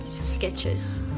sketches